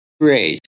Great